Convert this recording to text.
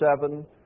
seven